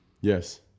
Yes